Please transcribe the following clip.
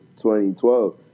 2012